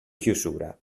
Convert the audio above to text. chiusura